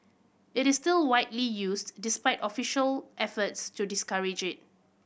it is still widely used despite official efforts to discourage it